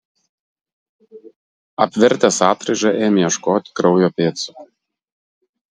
apvertęs atraižą ėmė ieškoti kraujo pėdsakų